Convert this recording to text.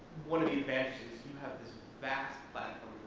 one of the advantages vast but